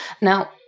Now